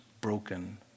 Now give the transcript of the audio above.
broken